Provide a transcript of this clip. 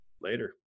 Later